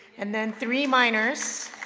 and then three minors